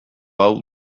hau